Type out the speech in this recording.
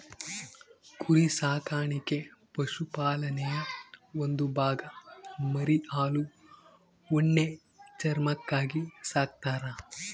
ಕುರಿ ಸಾಕಾಣಿಕೆ ಪಶುಪಾಲನೆಯ ಒಂದು ಭಾಗ ಮರಿ ಹಾಲು ಉಣ್ಣೆ ಚರ್ಮಕ್ಕಾಗಿ ಸಾಕ್ತರ